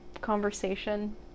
conversation